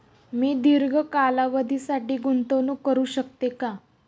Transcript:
मी दीर्घ कालावधीसाठी गुंतवणूक करू शकते का?